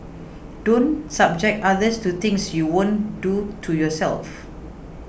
don't subject others to things you won't do to yourself